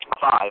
Five